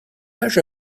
âge